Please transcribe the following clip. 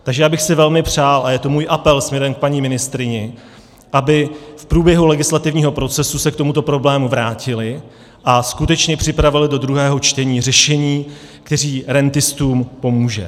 Takže já bych si velmi přál a je to můj apel směrem k paní ministryni aby v průběhu legislativního procesu se k tomuto problému vrátili a skutečně připravili do druhého čtení řešení, které rentistům pomůže.